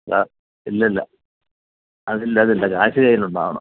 ഇല്ല ഇല്ല അതില്ല അതില്ല കാശ് കൈയിൽ ഉണ്ടാവണം